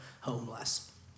homeless